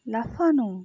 লাফানো